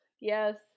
yes